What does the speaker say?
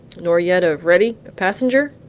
nor yet of ready a passenger?